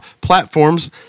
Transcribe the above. platforms